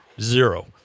Zero